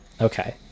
Okay